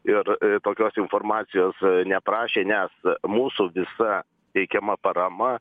ir tokios informacijos neprašė nes mūsų visa teikiama parama